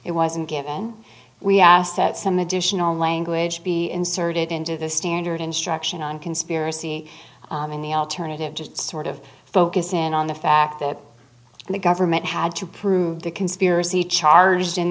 it wasn't given we asked that some additional language be inserted into the standard instruction on conspiracy and the alternative just sort of focus in on the fact that the government had to prove the conspiracy charge in